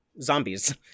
zombies